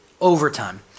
overtime